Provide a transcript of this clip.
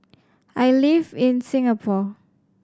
I live in Singapore